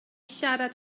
siarad